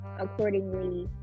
accordingly